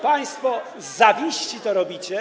Państwo z zawiści to robicie.